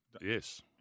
Yes